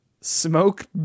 smoke